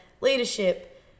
leadership